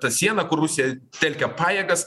tą sieną kur rusija telkia pajėgas